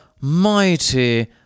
mighty